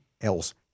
else